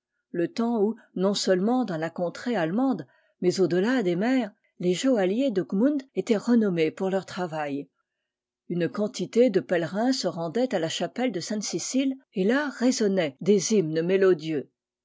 le temps où non-seulement dans la contrée allemande mais au delà des mers les joailliers de gmund étaient renommés pour leur travail une quantité de pèlerins se rendaient à la chapelle de sainte cécile et là résonnaient des hymnes mélodieux